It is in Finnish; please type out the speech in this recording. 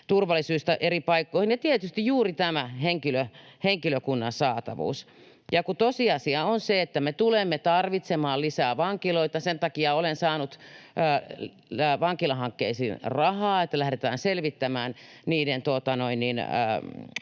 turvallisuussyistä eri paikkoihin, ja tietysti juuri tämän henkilökunnan saatavuuden takia. Ja kun tosiasia on se, että me tulemme tarvitsemaan lisää vankiloita, sen takia olen saanut rahaa vankilahankkeisiin, että lähdetään selvittämään niiden